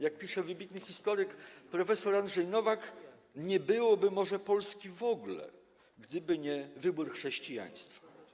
Jak pisze wybitny historyk prof. Andrzej Nowak, nie byłoby może Polski w ogóle, gdyby nie wybór chrześcijaństwa.